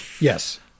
Yes